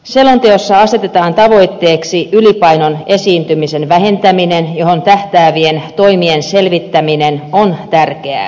selonteossa asetetaan tavoitteeksi ylipainon esiintymisen vähentäminen johon tähtäävien toimien selvittäminen on tärkeää